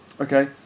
Okay